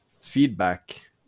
feedback